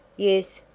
yes,